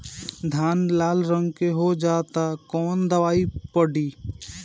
धान लाल रंग के हो जाता कवन दवाई पढ़े?